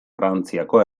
frantziako